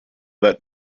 that